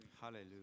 Hallelujah